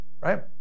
right